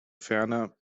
ferner